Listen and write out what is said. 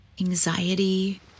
anxiety